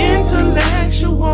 Intellectual